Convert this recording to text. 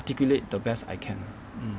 articulate the best I can mm